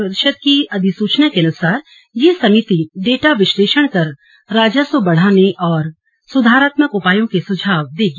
परिषद की अधिसूचना के अनुसार यह समिति डेटा विश्लेषण कर राजस्व बढ़ाने और सुधारात्ममक उपायों के सुझाव देगी